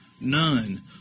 None